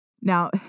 Now